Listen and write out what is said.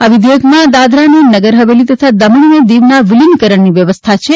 આ વિઘેયકમાં દાદરા અને નગર હવેલી તથા દમણ અને દીવના વિલીનીકરણની વ્યવસ્થા છે